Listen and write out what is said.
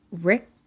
Rick